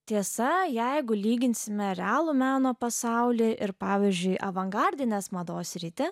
tiesa jeigu lyginsime realų meno pasaulį ir pavyzdžiui avangardinės mados sritį